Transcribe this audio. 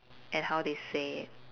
and how they say it